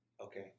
okay